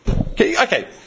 okay